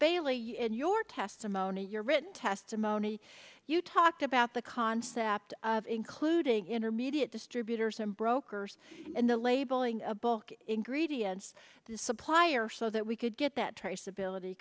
bailey in your testimony your written testimony you talked about the concept of including intermediate distributors and brokers in the labeling a book ingredients the supplier so that we could get that traceability